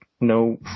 no